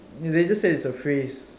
they just said it's a phrase